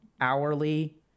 hourly